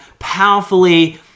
powerfully